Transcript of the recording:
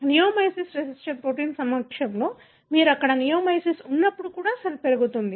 కాబట్టి neomycin resistance protein సమక్షంలో మీరు అక్కడ నియోమైసిన్ ఉన్నప్పుడు కూడా సెల్ పెరుగుతుంది